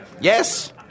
Yes